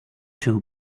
too